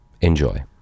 Enjoy